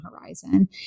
horizon